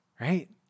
right